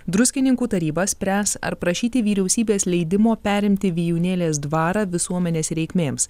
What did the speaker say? druskininkų taryba spręs ar prašyti vyriausybės leidimo perimti vijūnėlės dvarą visuomenės reikmėms